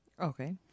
Okay